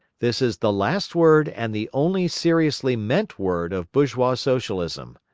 this is the last word and the only seriously meant word of bourgeois socialism.